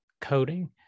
coding